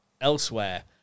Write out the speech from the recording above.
elsewhere